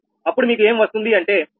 అప్పుడు మీకు ఏమి వస్తుంది అంటే 𝜆0